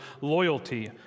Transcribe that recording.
loyalty